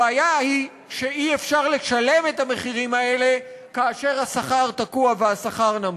הבעיה היא שאי-אפשר לשלם את המחירים האלה כאשר השכר תקוע והשכר נמוך.